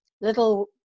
little